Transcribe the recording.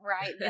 right